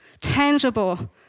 tangible